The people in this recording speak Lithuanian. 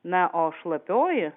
na o šlapioji